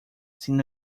sin